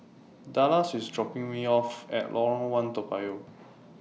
Dallas IS dropping Me off At Lorong one Toa Payoh